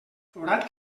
forat